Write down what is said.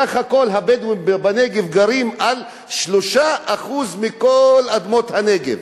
סך הכול הבדואים בנגב גרים על 3% מכל אדמות הנגב.